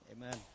Amen